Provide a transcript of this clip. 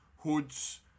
hoods